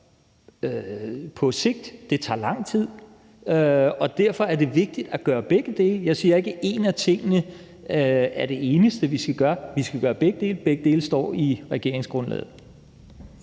på sigt, og det tager lang tid, og derfor er det vigtigt at gøre begge dele. Jeg siger ikke, at en af tingene er det eneste, vi skal gøre, for vi skal gøre begge dele, og begge dele står også i regeringsgrundlaget.